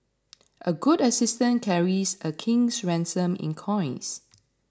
a good assistant carries a king's ransom in coins